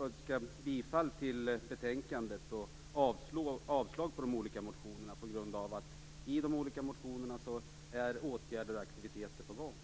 yrka bifall till utskottets hemställan och avslag på de olika motionerna. Åtgärder och aktiviteter som efterlyses i de olika motionerna är på gång.